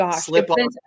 slip-on